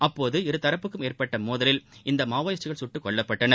அப்போது இருதரப்புக்கும் ஏற்பட்ட மோதலில் இந்த மாவோயிஸ்டுகள் சுட்டுக் கொல்லப்பட்டனர்